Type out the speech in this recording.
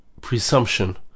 presumption